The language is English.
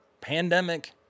pandemic